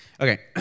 Okay